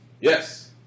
Yes